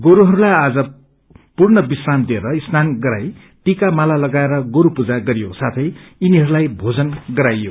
गोरूहरूलाई आज पूर्ण विश्राम दिएर स्नान गराई टीका माला लाएर गोरू पूजा गरियो साथै यिनीहरूलाई भोजन गराइयो